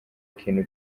kintu